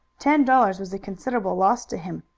ten dollars was a considerable loss to him,